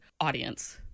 audience